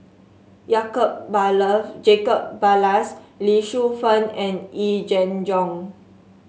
Baller Jacob Ballas Lee Shu Fen and Yee Jenn Jong